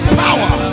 power